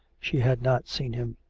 she had not seen him.